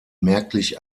merklich